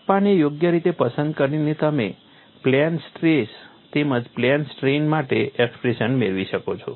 કપ્પાને યોગ્ય રીતે પસંદ કરીને તમે પ્લેન સ્ટ્રેસ તેમજ પ્લેન સ્ટ્રેઇન માટે એક્સપ્રેશન મેળવી શકો છો